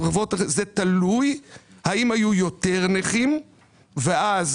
זה תלוי האם היו יותר נכים ואז